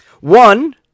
One